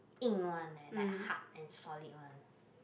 硬 one eh like hard and solid one